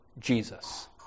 Jesus